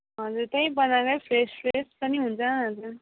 हजुर त्यहीँ बनाएरै फ्रेस फ्रेस पनि हुन्छ हजुर